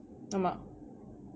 ஆமா:aamaa